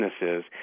businesses